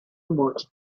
much